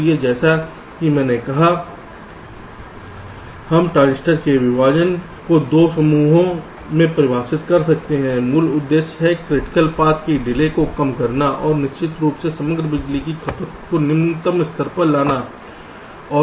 इसलिए जैसा कि मैंने कहा कि हम ट्रांजिस्टर के विभाजन को दो समूहों में परिभाषित करते हैं मूल उद्देश्य क्रिटिकल पथ की डिले को कम करना है और निश्चित रूप से समग्र बिजली की खपत को निम्न स्तर पर रखना है